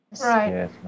Right